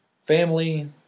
family